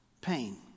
pain